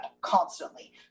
constantly